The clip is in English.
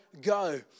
go